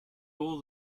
all